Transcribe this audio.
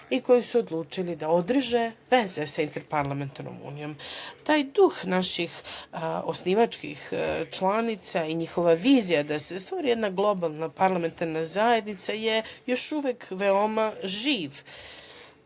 i koji su odlučili da održe vezu sa Interparlamentarnom unijom. Taj duh naših osnivačkih članica i njihova vizija da se stvori jedna globalna parlamentarna zajednica je još uvek veoma živ